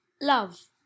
Love